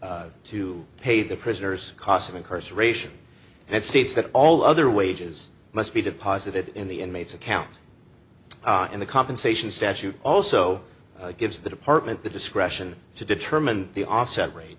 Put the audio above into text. for to pay the prisoner's cost of incarceration and it states that all other wages must be deposited in the inmates account in the compensation statute also gives the department the discretion to determine the offset ra